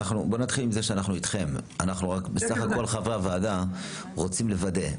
בוא נתחיל מזה שאנחנו איתכם; חברי הוועדה בסך הכל רוצים לוודא.